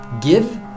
give